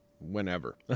whenever